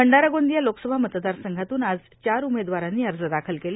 भंडारा गोंदिया लोकसभा मतदारसंघातून आज चार उमेदवारांनी अर्ज दाखल केले